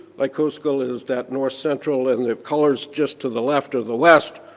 lake hovsgol is that north central, and the colors just to the left or the west,